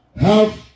Health